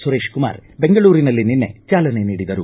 ಸುರೇಶ್ ಕುಮಾರ್ ದೆಂಗಳೂರಿನಲ್ಲಿ ನಿನ್ನೆ ಚಾಲನೆ ನೀಡಿದರು